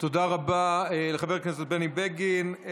תודה רבה לחבר הכנסת בני בגין.